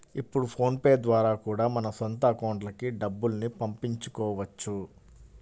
ఇప్పుడు PhonePe ద్వారా కూడా మన సొంత అకౌంట్లకి డబ్బుల్ని పంపించుకోవచ్చు